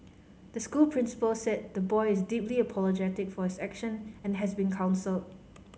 the school principal said the boy is deeply apologetic for his action and has been counselled